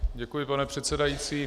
Děkuji, pane předsedající.